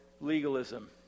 legalism